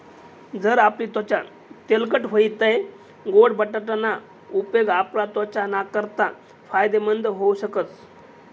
जर आपली त्वचा तेलकट व्हयी तै गोड बटाटा ना उपेग आपला त्वचा नाकारता फायदेमंद व्हऊ शकस